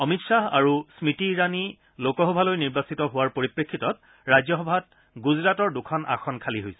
অমিত খাহ আৰু স্মৃতি ইৰাণী লোকসভালৈ নিৰ্বাচিত হোৱাৰ পৰিপ্ৰেক্ষিতত ৰাজ্যসভাত গুজৰাটৰ দুখন আসন খালী হৈছিল